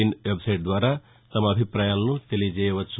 in website ద్వారా తమ అభిప్రాయాలను తెలియచేయవచ్చు